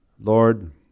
Lord